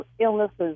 illnesses